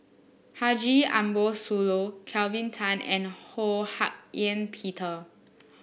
Haji Ambo Sooloh Kelvin Tan and Ho Hak Ean Peter